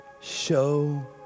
show